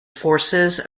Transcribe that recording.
forces